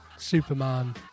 Superman